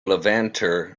levanter